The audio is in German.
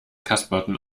kasperten